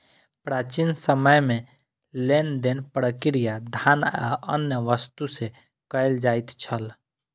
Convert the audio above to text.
प्राचीन समय में लेन देन प्रक्रिया धान आ अन्य वस्तु से कयल जाइत छल